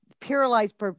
paralyzed